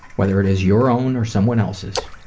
whether it is your own, or someone else's.